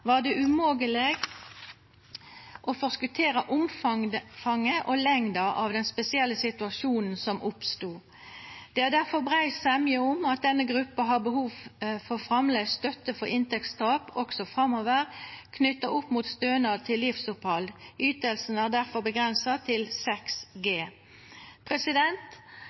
var det umogeleg å forskotera omfanget og lengda av den spesielle situasjonen som oppstod. Det er difor brei semje om at denne gruppa også framover har behov for framleis støtte for inntektstap, knytt opp mot stønad til livsopphald. Ytinga er difor avgrensa til